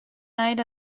night